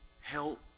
help